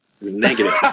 Negative